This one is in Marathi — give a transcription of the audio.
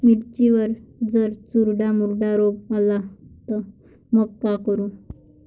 मिर्चीवर जर चुर्डा मुर्डा रोग आला त मंग का करू?